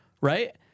right